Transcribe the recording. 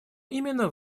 именно